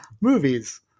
movies